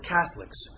Catholics